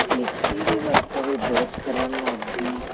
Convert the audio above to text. mixie ਦੀ ਵਰਤੋਂ ਵੀ ਬਹੁਤ ਕਰਨ ਲੱਗ ਗਏ ਹਾਂ